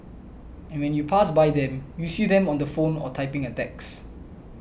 and when you pass by them you see them on the phone or typing a text